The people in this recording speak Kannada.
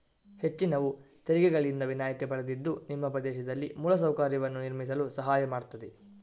ಹೆಚ್ಚಿನವು ತೆರಿಗೆಗಳಿಂದ ವಿನಾಯಿತಿ ಪಡೆದಿದ್ದು ನಿಮ್ಮ ಪ್ರದೇಶದಲ್ಲಿ ಮೂಲ ಸೌಕರ್ಯವನ್ನು ನಿರ್ಮಿಸಲು ಸಹಾಯ ಮಾಡ್ತದೆ